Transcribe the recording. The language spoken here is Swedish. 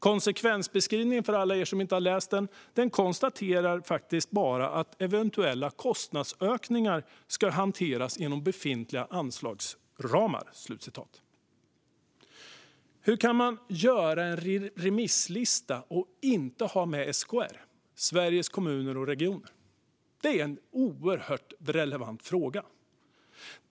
Konsekvensbeskrivningen, för alla er som inte har läst den, konstaterar bara att eventuella kostnadsökningar ska hanteras inom befintliga anslagsramar. Hur kan man göra en remisslista och inte ha med SKR, Sveriges Kommuner och Regioner? Det är en oerhört relevant fråga.